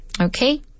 Okay